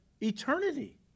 eternity